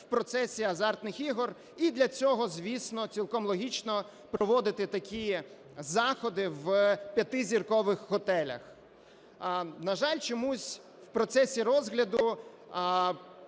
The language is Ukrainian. в процесі азартних ігор. І для цього, звісно, цілком логічно проводити такі заходи в 5-зіркових готелях. На жаль, чомусь в процесі розгляду